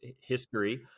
history